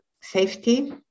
safety